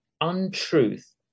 untruth